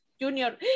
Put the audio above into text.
Junior